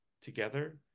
together